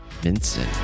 Vincent